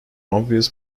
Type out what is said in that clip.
obvious